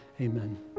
Amen